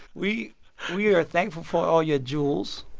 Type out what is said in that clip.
we we are thankful for all your jewels.